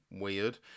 weird